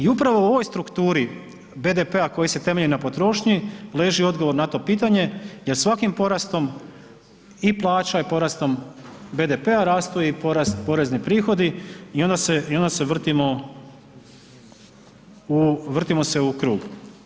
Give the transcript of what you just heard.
I upravo u ovoj strukturi BDP-a koji se temelji na potrošnji leži odgovor na to pitanje, jer svakim porastom i plaća i porastom BDP-a rastu i porezni prihodi i onda se vrtimo u, vrtimo se u krug.